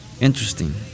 Interesting